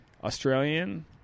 Australian